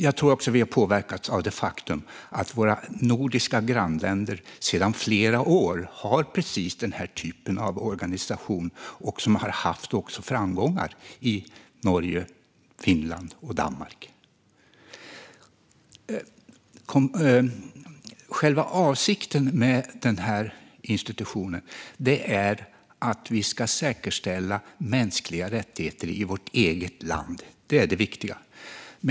Jag tror också att vi har påverkats av det faktum att våra nordiska grannländer sedan flera år har precis den här typen av organisationer. Dessa har också haft framgångar i Norge, Finland och Danmark. Avsikten med institutet är att vi ska säkerställa mänskliga rättigheter i vårt eget land. Det är det viktiga.